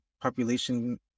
population